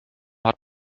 hat